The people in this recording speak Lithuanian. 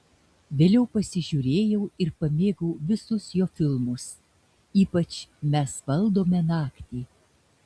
vėliau pasižiūrėjau ir pamėgau visus jo filmus ypač mes valdome naktį